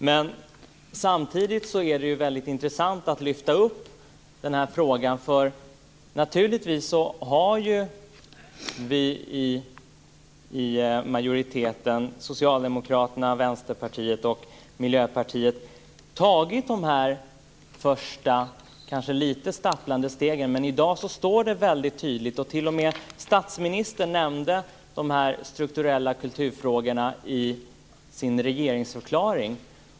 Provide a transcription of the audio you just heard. Men samtidigt är det ju väldigt intressant att lyfta upp den här frågan, för naturligtvis har vi i majoriteten, Socialdemokraterna, Vänsterpartiet och Miljöpartiet, tagit de första, kanske lite stapplande, stegen. I dag står det här väldigt tydligt, och statsministern nämnde t.o.m. de strukturella kulturfrågorna i sin regeringsförklaring.